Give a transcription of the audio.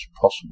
possible